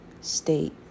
state